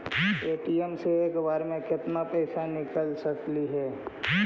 ATM से एक बार मे केत्ना पैसा निकल सकली हे?